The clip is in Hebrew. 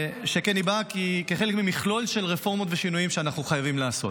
שכן היא באה כחלק ממכלול של רפורמות ושינויים שאנחנו חייבים לעשות.